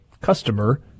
customer